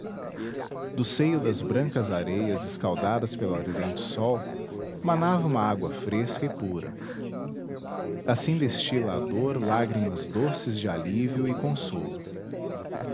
do seio das brancas areias escaldadas pelo ardente sol manava uma água fresca e pura assim destila a dor lágrimas doces de alívio e consolo